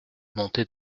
montée